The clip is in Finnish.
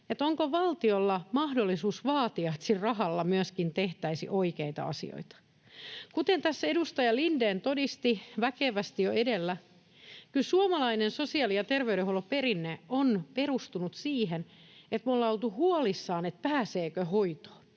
onko valtiolla mahdollisuus vaatia, että sillä rahalla myöskin tehtäisiin oikeita asioita. Kuten tässä edustaja Lindén todisti väkevästi jo edellä, kyllä suomalainen sosiaali‑ ja terveydenhuollon perinne on perustunut siihen, että me ollaan oltu huolissaan siitä, pääseekö hoitoon.